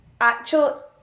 actual